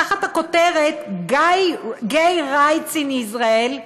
תחת הכותרת Gay Rights in Israel,